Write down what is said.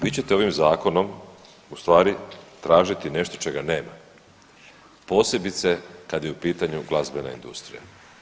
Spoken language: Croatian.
Vi ćete ovim zakonom u stvari tražiti nešto čega nema, posebice kad je u pitanju glazbena industrija.